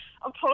opposed